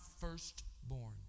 firstborn